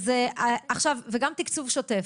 --- עכשיו, גם תקצוב שוטף.